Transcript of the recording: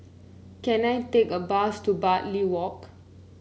can I take a bus to Bartley Walk